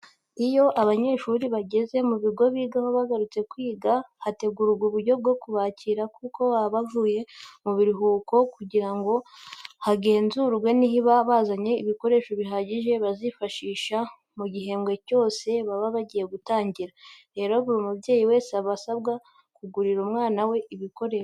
Iyo abanyeshuri bageze mu bigo bigaho bagarutse kwiga, hategurwa uburyo bwo kubakira kuko baba bavuye mu biruhuko kugira ngo hagenzurwe niba bazanye ibikoresho bihagije bazifashisha mu gihembwe cyose baba bagiye gutangira. Rero buri mubyeyi wese aba asabwa kugurira umwana we ibikoresho.